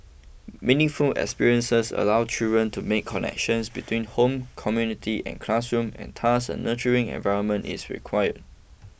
meaningful experiences allow children to make connections between home community and classroom and thus a nurturing environment is required